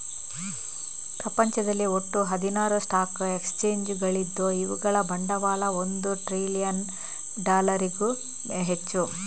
ಪ್ರಪಂಚದಲ್ಲಿ ಒಟ್ಟು ಹದಿನಾರು ಸ್ಟಾಕ್ ಎಕ್ಸ್ಚೇಂಜುಗಳಿದ್ದು ಇವುಗಳ ಬಂಡವಾಳ ಒಂದು ಟ್ರಿಲಿಯನ್ ಡಾಲರಿಗೂ ಹೆಚ್ಚು